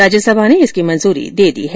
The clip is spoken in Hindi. राज्यसभा ने इसे मंजूरी दे दी है